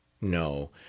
No